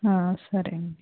సరే అండి